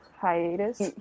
hiatus